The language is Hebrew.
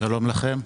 שלום לכם.